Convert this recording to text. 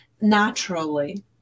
naturally